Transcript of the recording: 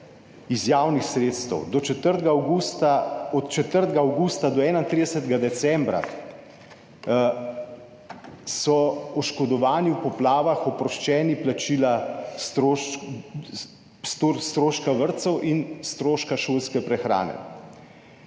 iz javnih sredstev do 4. avgusta, od 4. avgusta do 31. decembra, so oškodovani v poplavah oproščeni plačila stroška vrtcev in stroška šolske prehrane.